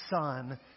Son